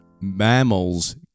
mammals